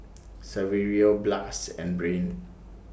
Saverio Blas and Brain